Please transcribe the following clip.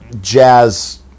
jazz